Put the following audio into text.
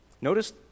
Notice